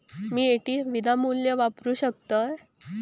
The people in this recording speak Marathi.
मी ए.टी.एम विनामूल्य वापरू शकतय?